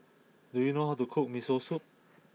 do you know how to cook Miso Soup